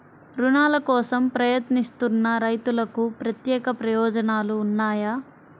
రుణాల కోసం ప్రయత్నిస్తున్న రైతులకు ప్రత్యేక ప్రయోజనాలు ఉన్నాయా?